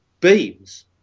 beams